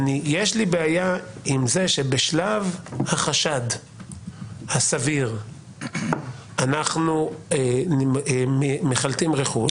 יש לי בעיה עם זה שבשלב החשד הסביר אנחנו מחלטים רכוש.